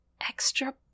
extra